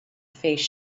face